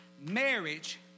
Marriage